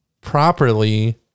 properly